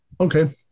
Okay